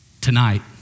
tonight